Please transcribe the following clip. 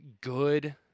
good